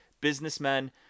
businessmen